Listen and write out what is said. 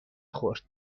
خورد